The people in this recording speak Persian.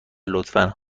لطفا